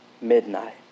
Midnight